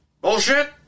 bullshit